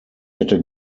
hätte